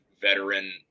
veteran